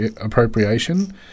appropriation